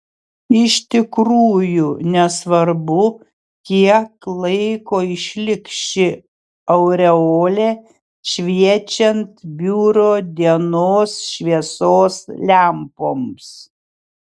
iš tikrųjų nesvarbu kiek laiko išliks ši aureolė šviečiant biuro dienos šviesos lempoms